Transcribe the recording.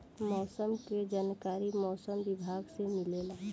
मौसम के जानकारी मौसम विभाग से मिलेला?